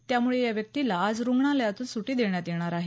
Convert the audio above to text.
त्यामुळे या व्यक्तीला आज रुग्णालयातून सुट्टी देण्यात येणार आहे